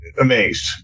amazed